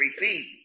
repeat